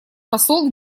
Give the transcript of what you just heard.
посол